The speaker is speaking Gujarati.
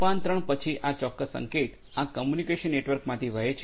રૂપાંતરણ પછી આ ચોક્કસ સંકેત આ કમ્યુનિકેશન નેટવર્કમાંથી વહે છે અને પી